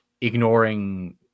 ignoring